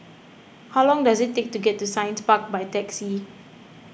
how long does it take to get to Science Park by taxi